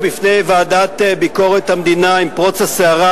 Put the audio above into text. בפני ועדת ביקורת המדינה עם פרוץ הסערה,